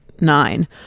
Nine